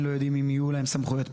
לא יודעים אם יהיו להם סמכויות פיקוח,